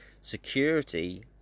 security